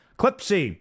Clipsy